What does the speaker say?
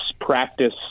practice